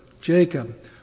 Jacob